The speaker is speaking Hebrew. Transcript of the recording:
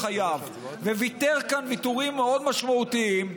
חייו וויתר כאן ויתורים מאוד משמעותיים,